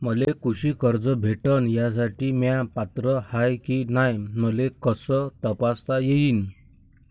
मले कृषी कर्ज भेटन यासाठी म्या पात्र हाय की नाय मले कस तपासता येईन?